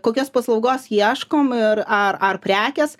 kokios paslaugos ieškom ir ar ar prekės